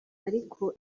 ariko